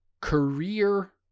career